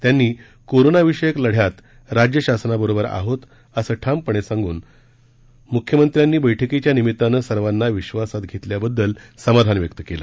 त्यांनी कोरोना विषयक लढ्यात राज्य शासनाबरोबर आहोत असे ठामपणे सांगून म्ख्यमंत्र्यांनी बैठकीच्या निमित्ताने सर्वांना विश्वासात घेतल्याबददल समाधान व्यक्त केलं